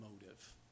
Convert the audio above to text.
motive